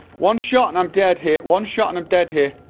one shot and i'm dead here, one shot and i'm dead here